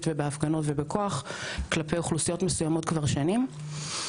ובהפגנות ובכוח כלפי אוכלוסיות מסוימות כבר שנים.